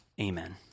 Amen